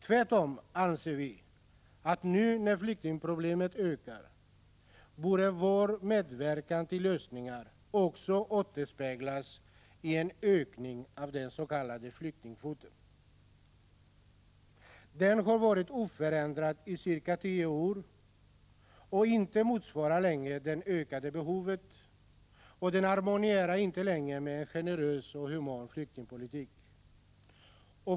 Tvärtom anser vi, att när flyktingproblemen nu ökar borde vår medverkan till lösningar också återspeglas i en ökning av den s.k. flyktingkvoten. Den har varit oförändrad i ca tio år, den motsvarar inte längre det ökade behovet och den harmonierar inte längre med en generös och human flyktingpolitik.